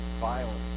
Violence